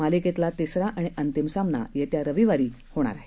मालिकेतला तिसरा आणि अंतिम सामना येत्या रविवारी होणार आहे